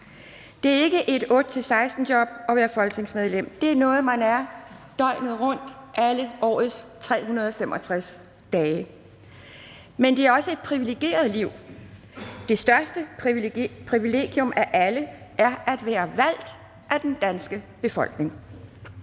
Det er ikke et 8-16-job at være folketingsmedlem. Det er noget, man er døgnet rundt alle årets 365 dage, men det er også et privilegeret liv! Det største privilegium af alle er at være valgt af den danske befolkning.